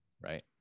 right